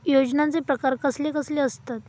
योजनांचे प्रकार कसले कसले असतत?